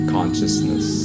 Consciousness